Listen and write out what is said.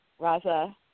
Raza